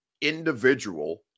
individual